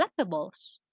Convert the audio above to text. collectibles